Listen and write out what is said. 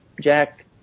Jack